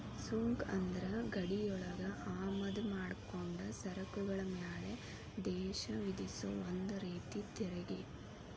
ಸುಂಕ ಅಂದ್ರ ಗಡಿಯೊಳಗ ಆಮದ ಮಾಡ್ಕೊಂಡ ಸರಕುಗಳ ಮ್ಯಾಲೆ ದೇಶ ವಿಧಿಸೊ ಒಂದ ರೇತಿ ತೆರಿಗಿ